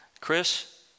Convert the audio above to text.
Chris